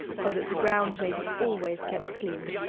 so that the ground may be always kept clean.